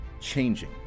changing